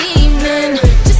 evening